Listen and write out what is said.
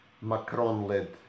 macron-led